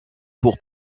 pour